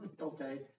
Okay